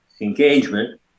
engagement